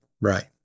Right